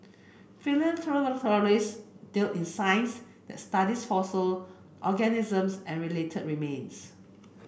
palaeontologists deal in science that studies fossil organisms and related remains